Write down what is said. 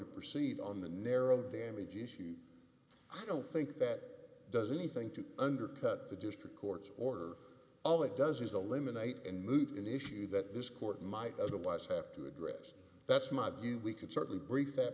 to proceed on the narrow damage issue i don't think that does anything to undercut the district court's order all it does is eliminated and moved an issue that this court might otherwise have to address that's my view we could certainly breach that